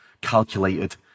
calculated